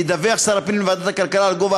ידווח שר הפנים לוועדת הכלכלה על גובה